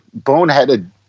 boneheaded